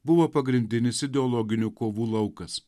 buvo pagrindinis ideologinių kovų laukas